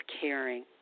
caring